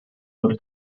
webs